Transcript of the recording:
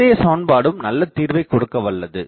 முந்தைய சமன்பாடும் நல்லதீர்வை கொடுக்கவல்லது